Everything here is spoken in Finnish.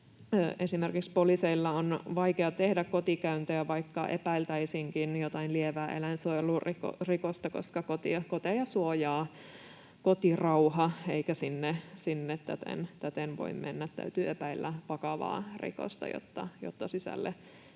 esimerkiksi poliisien on vaikea tehdä kotikäyntejä, vaikka epäiltäisiinkin jotain lievää eläinsuojelurikosta, koska koteja suojaa kotirauha eikä sinne täten voi mennä. Täytyy epäillä vakavaa rikosta, jotta sisälle